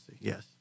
Yes